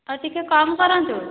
ଆଉ ଟିକିଏ କମ୍ କରନ୍ତୁ